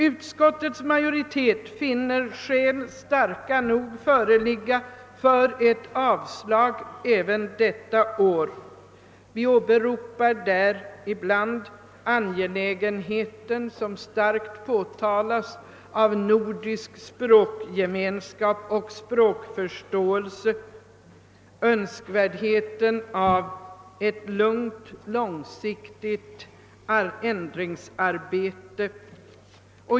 Utskottets majoritet finner starka skäl föreligga för ett avslag även detta år. Vi åberopar bl.a. angelägenheten av nordisk språkgemenskap, språkförståelse och önskvärdheten av ett lugnt, långsiktigt ändringsarbete.